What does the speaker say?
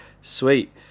Sweet